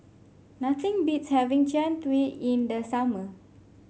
nothing beats having Jian Dui in the summer